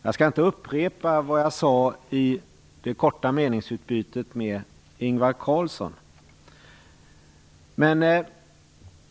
Jag skall inte upprepa vad jag sade i det korta meningsutbytet med Ingvar Carlsson.